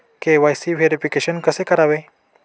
KYC verification कसे करावे?